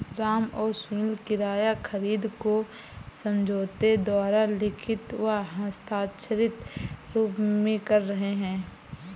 राम और सुनील किराया खरीद को समझौते द्वारा लिखित व हस्ताक्षरित रूप में कर रहे हैं